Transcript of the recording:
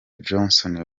johnston